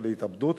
של ההתאבדות,